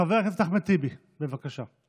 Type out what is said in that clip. חבר הכנסת אחמד טיבי, בבקשה.